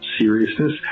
seriousness